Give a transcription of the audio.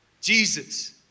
Jesus